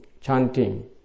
chanting